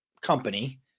company